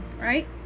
right